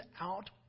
out